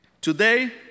Today